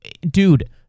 dude